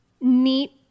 neat